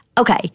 Okay